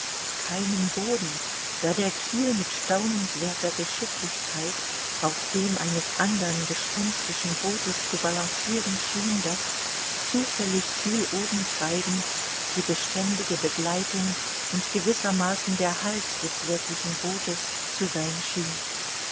keinem boden da der kiel mit staunenswerter geschicklichkeit auf dem eines andern gespenstischen bootes zu balanzieren schien das zufällig kieloben treibend die beständige begleitung und gewissermaßen der halt des wirklichen bootes zu sein schien